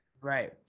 right